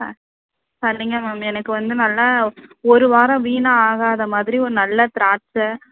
ஆ சரிங்க மேம் எனக்கு வந்து நல்லா ஒரு வாரம் வீண் ஆகாத மாதிரி ஒரு நல்ல திராட்சை